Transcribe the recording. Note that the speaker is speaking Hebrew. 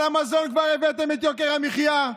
על המזון כבר הבאתם את יוקר המחיה,